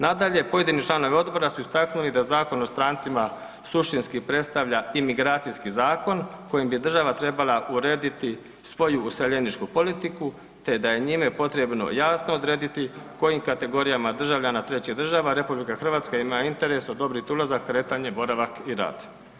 Nadalje, pojedini članovi odbora su istaknuli da Zakon o strancima suštinski predstavlja imigracijski zakon kojim bi država trebala urediti svoju useljeničku politiku te da je njime potrebno jasno odrediti kojim kategorijama državljana trećih država RH ima interes odobrit ulazak, kretanje, boravak i rad.